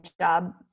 job